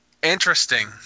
Interesting